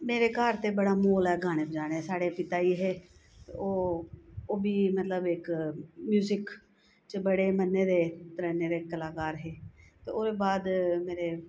मेरे घर ते बड़ा म्हौल ऐ गाने बजाने दा साढ़े पिता जी हे ओह् बी मतलब इक म्यूजिक च बड़े मन्ने दे तरन्ने दे कलाकार हे ते ओह्दे बाद